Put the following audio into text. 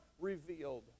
revealed